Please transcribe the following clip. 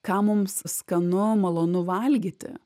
ką mums skanu malonu valgyti